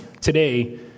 Today